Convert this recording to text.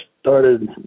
started